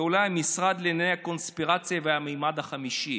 ואולי משרד לענייני קונספירציה והממד החמישי.